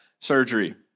surgery